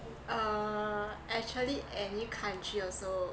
uh actually any country also